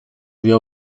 vio